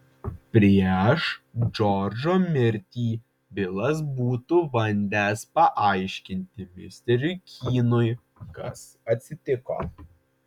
prieš džordžo mirtį bilas būtų bandęs paaiškinti misteriui kynui kas atsitiko